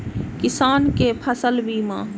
किसान कै फसल बीमा?